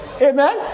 Amen